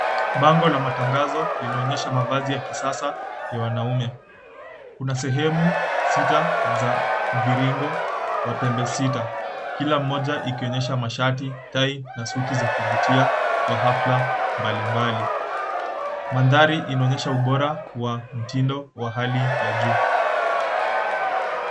Bango la matangazo linaonyesha mavazi ya kisasa ya wanaume. Kuna sehemu sita za mviringo wa pembe sita, kila mmoja ikionyehsa mashati, tai na suti za kuvutia kwa hafla mbalimbali. Mandhari inaonyesha ubora wa mtindo wa hali ya juu.